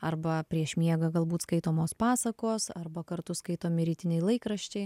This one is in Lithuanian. arba prieš miegą galbūt skaitomos pasakos arba kartu skaitomi rytiniai laikraščiai